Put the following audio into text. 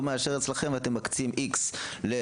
לא מאשר את זה אצלכם ואתם מקצים איקס לאוניברסיטה